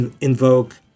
invoke